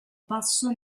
passo